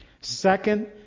Second